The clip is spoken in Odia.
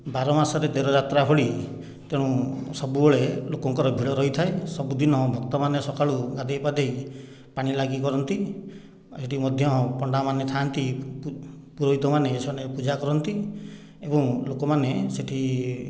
ବାର ମାସରେ ତେର ଯାତ୍ରା ଭଳି ତେଣୁ ସବୁବେଳେ ଲୋକଙ୍କର ଭିଡ଼ ରହିଥାଏ ସବୁଦିନ ଭକ୍ତମାନେ ସକାଳୁ ଗାଧୋଇ ପାଧୋଇ ପାଣି ଲାଗି କରନ୍ତି ଆଉ ସେଠି ମଧ୍ୟ୍ୟ ପଣ୍ଡାମାନେ ଥା'ନ୍ତି ପୁରୋହିତମାନେ ସେମାନେ ପୂଜା କରନ୍ତି ଏବଂ ଲୋକମାନେ ସେ'ଠି